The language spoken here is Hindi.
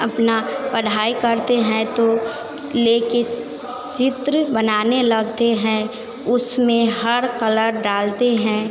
अपना पढ़ाई करते हैं तो लेकर चित्र बनाने लगते हैं उसमें हर कलर डालते हैं